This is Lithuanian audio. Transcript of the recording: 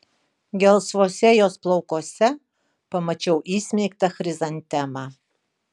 gelsvuose jos plaukuose pamačiau įsmeigtą chrizantemą